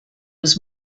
was